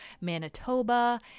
Manitoba